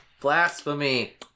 Blasphemy